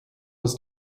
was